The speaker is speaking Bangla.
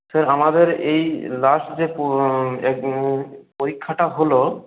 স্যার আমাদের এই লাস্ট যে পরীক্ষাটা হলো